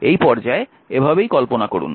এই পর্যায়ে এভাবেই কল্পনা করুন